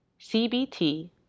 CBT